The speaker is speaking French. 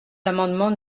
l’amendement